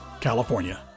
California